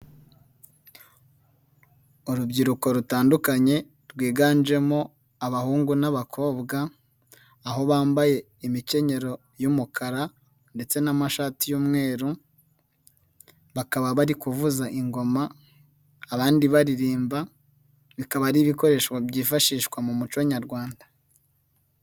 Urubyiruko rutandukanye rwiganjemo abahungu n'abakobwa, aho bambaye imikenyero y'umukara ndetse n'amashati y'umweru, bakaba bari kuvuza ingoma, abandi baririmba, bikaba ari ibikoresho byifashishwa mu muco nyarwanda.